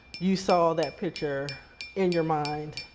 you saw that picture in your mind.